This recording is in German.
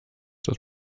das